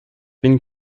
been